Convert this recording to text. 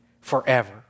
forever